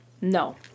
No